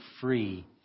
free